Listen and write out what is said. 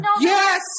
Yes